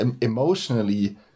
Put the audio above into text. emotionally